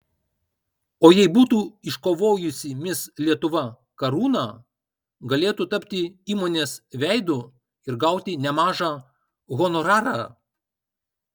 o jei būtų iškovojusi mis lietuva karūną galėtų tapti įmonės veidu ir gauti nemažą honorarą